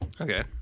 okay